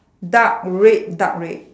dark red dark red